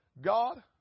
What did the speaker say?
God